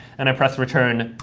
and i press return.